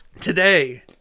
Today